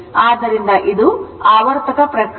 ಆದ್ದರಿಂದ ಇದು ಆವರ್ತಕ ಪ್ರಕ್ರಿಯೆ